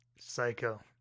Psycho